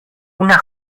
una